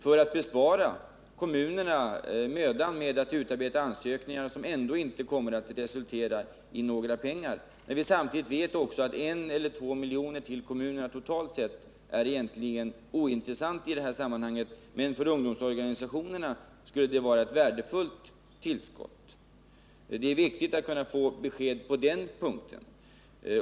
Därmed besparas kommunerna mödan med att utarbeta ansökningar som ändå inte kommer att resultera i några pengar. Samtidigt vet vi också att 1-2 milj.kr. till kommunerna totalt sett är ointressant i detta sammanhang, medan det för ungdomsorganisationerna skulle vara ett värdefullt tillskott. Det är viktigt att kunna få besked på denna punkt.